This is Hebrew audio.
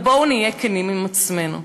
אבל בואו נהיה כנים עם עצמנו.